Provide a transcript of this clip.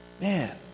Man